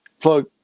plug